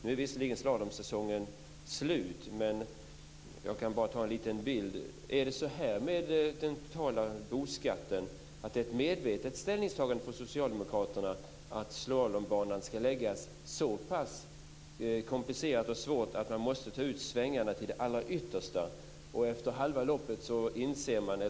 Nu är visserligen slalomsäsongen slut, men jag vill ändå göra en jämförelse med slalomåkning. Är det ett medvetet ställningstagande från Socialdemokraterna att slalombanan ska vara så komplicerad och svår att man måste ta ut svängarna till det allra yttersta?